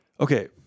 Okay